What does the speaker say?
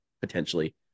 potentially